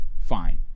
Fine